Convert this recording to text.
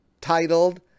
titled